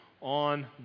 on